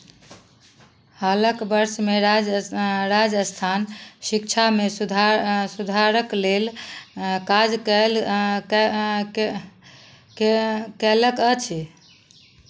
हालक वर्षमे राज राजस्थान शिक्षामे सुधा सुधारक लेल काज केल के केल केल कयलक अछि